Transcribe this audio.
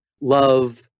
love